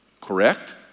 Correct